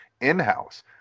in-house